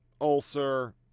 ulcer